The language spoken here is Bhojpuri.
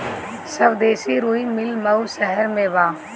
स्वदेशी रुई मिल मऊ शहर में बा